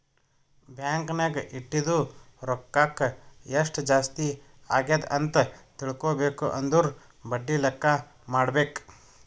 bank ನಾಗ್ ಇಟ್ಟಿದು ರೊಕ್ಕಾಕ ಎಸ್ಟ್ ಜಾಸ್ತಿ ಅಗ್ಯಾದ್ ಅಂತ್ ತಿಳ್ಕೊಬೇಕು ಅಂದುರ್ ಬಡ್ಡಿ ಲೆಕ್ಕಾ ಮಾಡ್ಬೇಕ